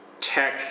tech